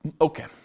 Okay